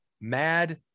mad